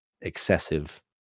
excessive